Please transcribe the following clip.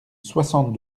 soixante